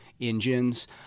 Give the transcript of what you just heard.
engines